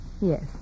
Yes